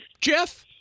Jeff